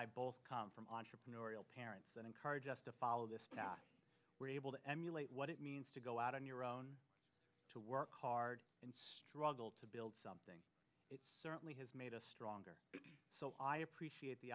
i both come from entrepreneurial parents that encourage us to follow this path we're able to emulate what it means to go out on your own to work hard and struggle to build something it certainly has made us stronger so i appreciate the